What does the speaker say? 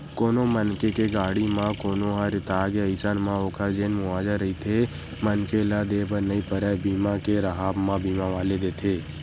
कोनो मनखे के गाड़ी म कोनो ह रेतागे अइसन म ओखर जेन मुवाजा रहिथे मनखे ल देय बर नइ परय बीमा के राहब म बीमा वाले देथे